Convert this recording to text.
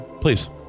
please